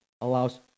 allows